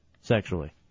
sexually